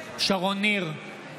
שרון ניר,